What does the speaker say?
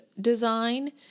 design